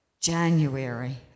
January